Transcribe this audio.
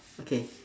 okay